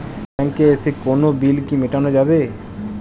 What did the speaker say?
ব্যাংকে এসে কোনো বিল কি মেটানো যাবে?